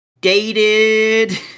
dated